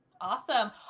Awesome